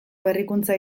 berrikuntza